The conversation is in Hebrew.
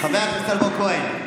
חבר הכנסת אלמוג כהן.